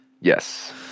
yes